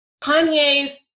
Kanye's